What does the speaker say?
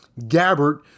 Gabbert